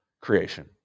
creation